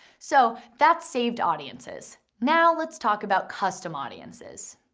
so that's saved audiences. now let's talk about custom audiences.